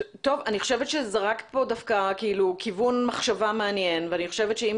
אני חושבת שזרקת פה כיוון מחשבה מעניין ואני חושבת שאם